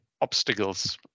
obstacles